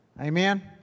Amen